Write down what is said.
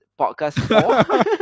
podcast